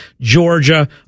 Georgia